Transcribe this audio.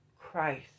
Christ